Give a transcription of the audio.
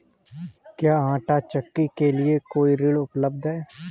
क्या आंटा चक्की के लिए कोई ऋण उपलब्ध है?